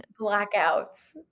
Blackouts